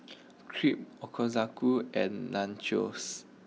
Crepe Ochazuke and Nachos